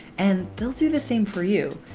and they'll do the same for you.